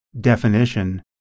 definition